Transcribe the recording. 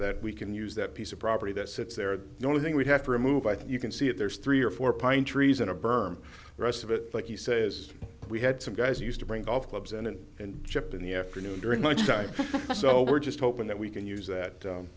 that we can use that piece of property that sits there and only thing we have to remove i think you can see it there's three or four pine trees and a berm rest of it like he says we had some guys used to bring golf clubs and in and jumped in the afternoon during lunchtime so we're just hoping that we can use that